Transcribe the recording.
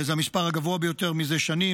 וזה המספר הגבוה ביותר זה שנים,